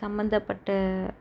சம்மந்தப்பட்ட